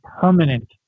permanent